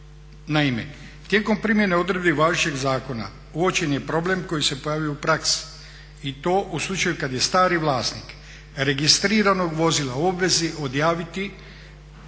Naime, tijekom primjedbe odredbe važećeg zakona uočen je problem koji se pojavljuje u praksi i to u slučaju kada je stari vlasnik registriranog vozila u obvezi odjaviti